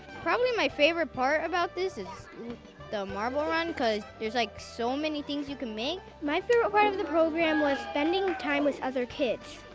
probably my favorite part about this is the marble run because there's like so many things you can make. my favorite part of the program was spending time with other kids.